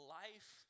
life